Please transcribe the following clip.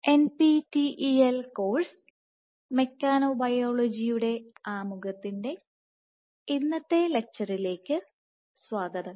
NPTEL course മെക്കോബയോളജിയുടെ ആമുഖത്തിന്റെ ഇന്നത്തെ ലെക്ച്ചറിലേക്ക് സ്വാഗതം